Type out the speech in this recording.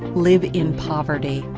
live in poverty.